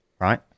right